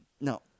No